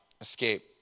escape